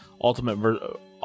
Ultimate